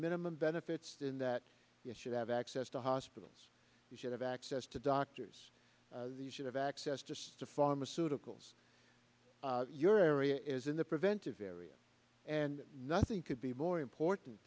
minimum benefits in that yes you have access to hospitals you should have access to doctors you should have access to pharmaceuticals your area is in the preventive area and nothing could be more important